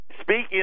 Speaking